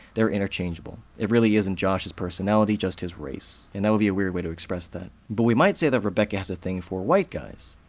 they're interchangeable. it really isn't josh's personality, just his race. and that would be a weird way to express that. but we might say that rebecca has a thing for white guys.